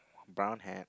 brown hair